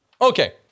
Okay